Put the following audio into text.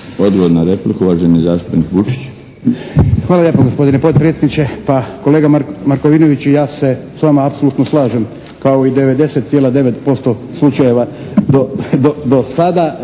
Vučić. **Vučić, Ivan (HDZ)** Hvala lijepo gospodine potpredsjedniče. Pa kolega Markovinović i ja se s vama apsolutno slažem, kao i 99,9% slučajeva do sada.